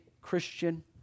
Christian